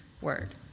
word